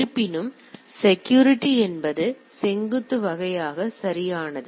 இருப்பினும் செக்யூரிட்டி என்பது செங்குத்து வகையாக சரியானது